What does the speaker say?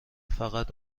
فقط